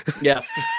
Yes